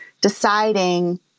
deciding